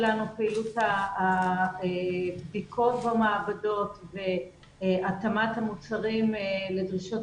פעילות הבדיקות במעבדות והתאמת המוצרים לדרישות